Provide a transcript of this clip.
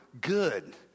Good